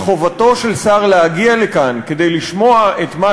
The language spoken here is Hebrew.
וחובתו של שר להגיע לכאן כדי לשמוע את מה